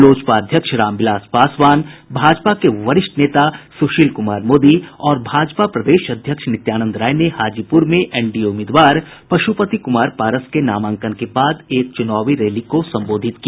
लोजपा अध्यक्ष रामविलास पासवान भाजपा के वरिष्ठ नेता सुशील कुमार मोदी और भाजपा के प्रदेश अध्यक्ष नित्यानंद राय ने हाजीपुर में एनडीए उम्मीदवार पश्पति कुमार पारस के नामांकन के बाद एक चुनावी रैली को संबोधित किया